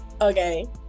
Okay